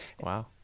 Wow